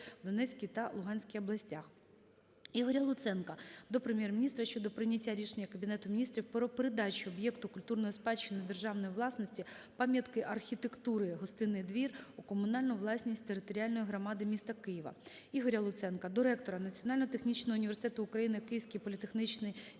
Донецькій та Луганській областях". Ігоря Луценка до Прем'єр-міністра щодо прийняття рішення Кабінету Міністрів про передачу об'єкта культурної спадщини державної власності - пам'ятки архітектури "Гостинний двір" у комунальну власність територіальної громади міста Києва. Ігоря Луценка до ректора Національного технічного університету України "Київський політехнічний інститут